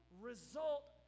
result